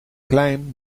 klein